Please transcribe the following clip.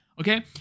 okay